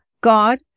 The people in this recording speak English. God